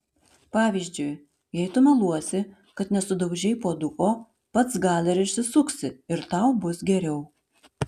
pavyzdžiui jei tu meluosi kad nesudaužei puoduko pats gal ir išsisuksi ir tau bus geriau